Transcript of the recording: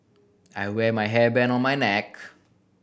I wear my hairband on my neck